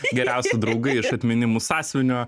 geriausi draugai iš atminimų sąsiuvinio